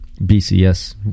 BCS